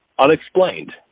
unexplained